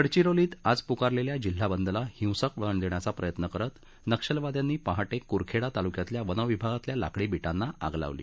गडचिरोलीत आज पुकारलेल्या जिल्हा बंदला हिंसक वळण देण्याचा प्रयत्न करीत नक्षलवाद्यांनी पहाटे कुरखेडा तालुक्यातल्या वनविभागाच्या लाकडी बिटांना आग लावली